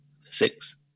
six